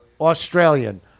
Australian